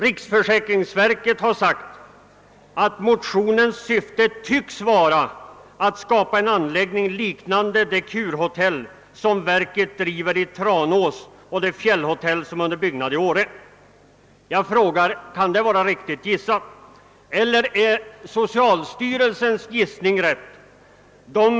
Riksförsäkringsverket har sålunda skrivit: »Motionärernas syfte tycks snarast vara att skapa en rekreationsanläggning ——— av det slag som verket driver i Tranås ——— och det fjällhotell som är under byggnad i Åre.» Jag frågar: Kan det vara rätt gissat? Eller är socialstyrelsens gissning riktig?